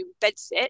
bedsit